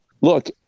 Look